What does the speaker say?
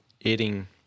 eating